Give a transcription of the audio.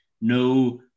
no